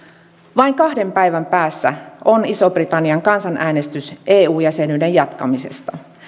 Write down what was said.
vain kahden päivän päässä on ison britannian kansanäänestys eu jäsenyyden jatkamisesta